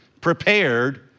prepared